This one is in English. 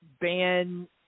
ban